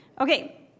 Okay